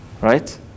right